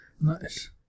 Nice